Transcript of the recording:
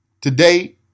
Today